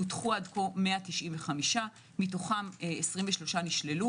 נותחו עד כה 195, מתוכם 23 נשללו,